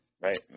Right